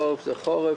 חורף זה חורף,